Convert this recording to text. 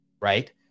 right